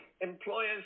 employers